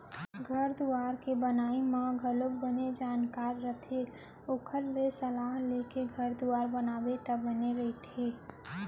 घर दुवार के बनई म घलोक बने जानकार रहिथे ओखर ले सलाह लेके घर दुवार बनाबे त बने रहिथे